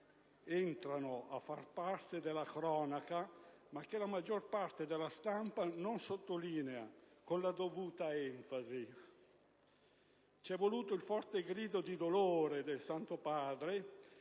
entrano a far parte della cronaca, ma che la maggiore parte della stampa non sottolinea con la dovuta enfasi. C'è voluto il forte grido di dolore del Santo Padre